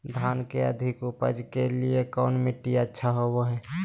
धान के अधिक उपज के लिऐ कौन मट्टी अच्छा होबो है?